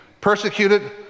persecuted